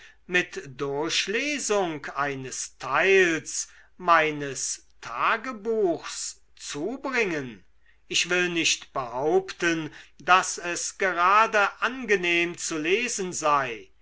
mit durchlesung eines teils meines tagebuchs zubringen ich will nicht behaupten daß es gerade angenehm zu lesen sei